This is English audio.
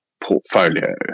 portfolio